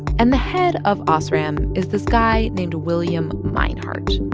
and the head of osram is this guy named william meinhardt.